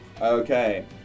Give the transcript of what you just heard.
Okay